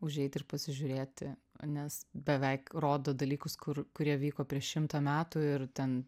užeit ir pasižiūrėti nes beveik rodo dalykus kur kurie vyko prieš šimtą metų ir ten